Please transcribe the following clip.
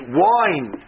wine